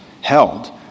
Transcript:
held